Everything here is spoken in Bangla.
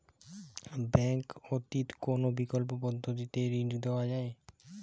ব্যাঙ্ক ব্যতিত কোন বিকল্প পদ্ধতিতে ঋণ নেওয়া যায়?